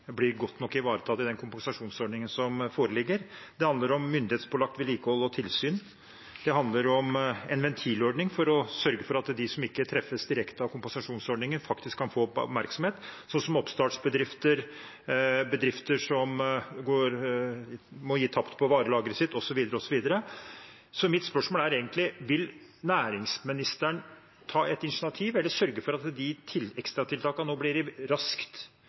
blir godt nok ivaretatt i den kompensasjonsordningen som foreligger. Det handler om myndighetspålagt vedlikehold og tilsyn. Det handler om en ventilordning for å sørge for at de som ikke treffes direkte av kompensasjonsordningen, faktisk kan få oppmerksomhet, sånn som oppstartsbedrifter, bedrifter som må gi tapt når det gjelder varelageret sitt, osv., osv. Mitt spørsmål er egentlig: Vil næringsministeren ta et initiativ til eller sørge for at de ekstratiltakene nå blir raskt